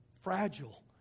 fragile